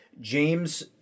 James